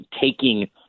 taking